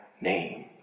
name